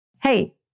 Hey